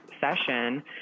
session